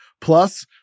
Plus